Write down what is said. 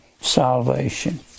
salvation